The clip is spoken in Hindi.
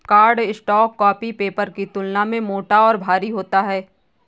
कार्डस्टॉक कॉपी पेपर की तुलना में मोटा और भारी होता है